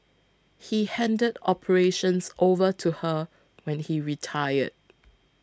he handed operations over to her when he retired